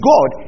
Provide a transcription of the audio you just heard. God